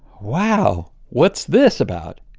wow. what's this about?